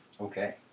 Okay